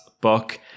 book